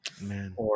man